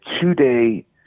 two-day